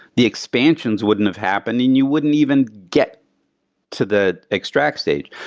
the expansions wouldn't have happened and you wouldn't even get to the extract stage.